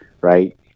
right